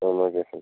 ஆமாங்க சார்